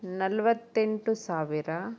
ನಲ್ವತ್ತೆಂಟು ಸಾವಿರ